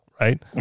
Right